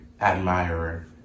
admirer